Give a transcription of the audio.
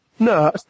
No